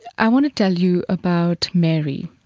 i want to tell you about mary,